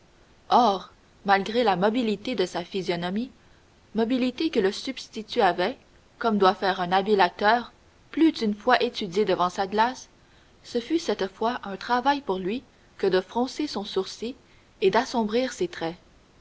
malgré la mobilité de sa physionomie mobilité que le substitut avait comme doit faire un habile acteur plus d'une fois étudiée devant sa glace ce fut cette fois un travail pour lui que de froncer son sourcil et d'assombrir ses traits